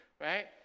right